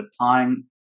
applying